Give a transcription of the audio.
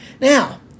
Now